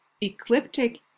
ecliptic